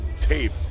tape